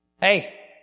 Hey